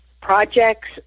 projects